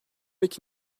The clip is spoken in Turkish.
iki